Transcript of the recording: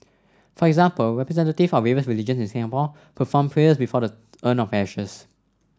for example representative of various religions in Singapore performed prayers before the urn of ashes